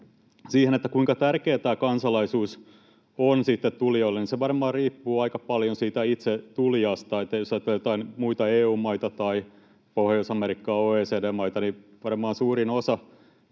siihen, kuinka tärkeä tämä kansalaisuus on tulijoille, niin se varmaan riippuu aika paljon siitä itse tulijasta. Jos taas vertaillaan joitain muita EU-maita tai Pohjois-Amerikkaa tai OECD-maita, niin varmaan suurin osa